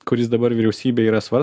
kuris dabar vyriausybėj yra